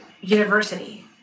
university